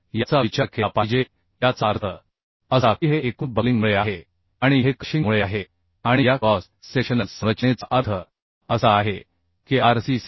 तर याचा विचार केला पाहिजे याचा अर्थ असा की हे एकूण बक्लिंगमुळे आहे आणि हे क्रशिंगमुळे आहे आणि या क्रॉस सेक्शनल संरचनेचा अर्थ असा आहे की आर